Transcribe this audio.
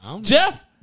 Jeff